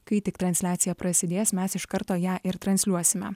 kai tik transliacija prasidės mes iš karto ją ir transliuosime